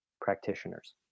practitioners